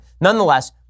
Nonetheless